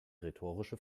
rhetorische